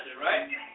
right